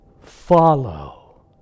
follow